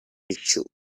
tissue